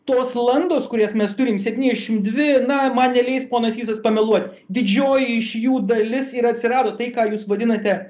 tos landos kurias mes turim septyniasdešimt dvi na man neleis ponas sysas pameluot didžioji iš jų dalis ir atsirado tai ką jūs vadinate